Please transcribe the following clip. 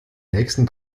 nächsten